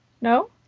No